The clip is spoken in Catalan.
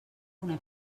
una